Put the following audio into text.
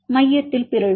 மாணவர் மையத்தில் பிறழ்வு